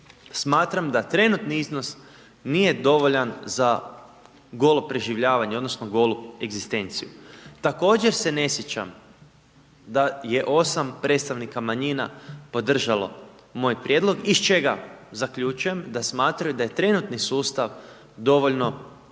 Smatram da trenutni iznos nije dovoljan za golo preživljavanje odnosno golu egzistenciju. Također se ne sjećam da je 8 predstavnika manjina podržalo moj prijedlog iz čega zaključujem da smatraju da je trenutni sustav dovoljno